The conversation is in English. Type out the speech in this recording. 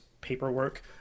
paperwork